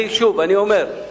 סליחה.